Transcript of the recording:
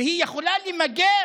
והיא יכולה למגר